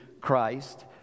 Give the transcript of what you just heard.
Christ